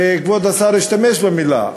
וכבוד השר השתמש במילה,